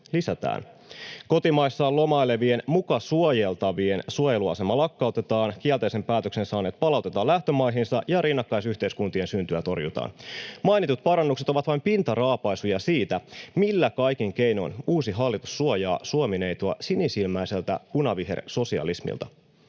lisätään, kotimaissaan lomailevien muka suojeltavien suojeluasema lakkautetaan, kielteisen päätöksen saaneet palautetaan lähtömaihinsa ja rinnakkaisyhteiskuntien syntyä torjutaan. Mainitut parannukset ovat vain pintaraapaisuja siitä, millä kaikin keinoin uusi hallitus suojaa Suomi-neitoa sinisilmäiseltä punavihersosialismilta.